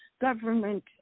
government